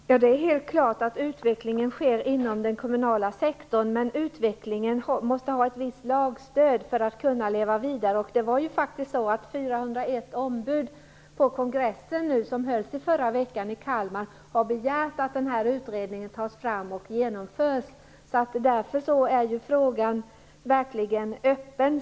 Fru talman! Det är helt klart att utvecklingen sker inom den kommunala sektorn. Men utvecklingen måste ha ett visst lagstöd för att kunna leva vidare. Det var ju faktiskt så att 401 ombud på kongressen som hölls i förra veckan i Kalmar begärde att den här utredningen tas fram och genomförs. Därför är frågan verkligen öppen.